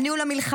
על ניהול המלחמה,